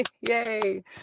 Yay